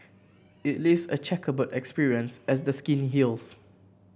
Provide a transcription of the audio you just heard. it leaves a chequerboard appearance as the skin heals